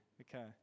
Okay